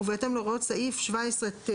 ובהתאם להוראות סעיף 17ט,